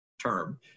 term